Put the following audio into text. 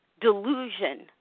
delusion